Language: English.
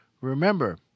Remember